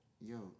Yo